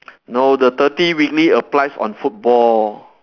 no the thirty weekly applies on football